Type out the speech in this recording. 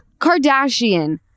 Kardashian